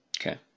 Okay